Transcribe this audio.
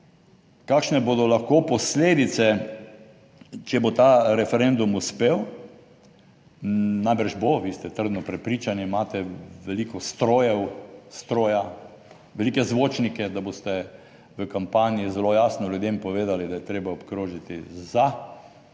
kakšne bodo lahko posledice, če bo ta referendum uspel. Najbrž bo, vi ste trdno prepričani, imate veliko strojev, stroja, velike zvočnike, da boste v kampanji zelo jasno ljudem povedali, da je treba obkrožiti za in